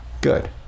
Good